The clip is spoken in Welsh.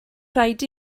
rhaid